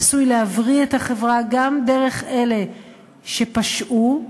עשוי להבריא את החברה גם דרך אלה שפשעו,